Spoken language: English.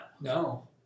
No